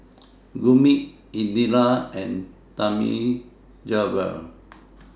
Gurmeet Indira and Thamizhavel